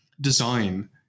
design